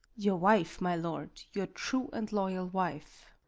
your wife, my lord your true and loyal wife.